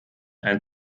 ein